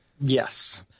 Yes